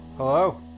Hello